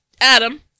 Adam